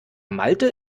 malte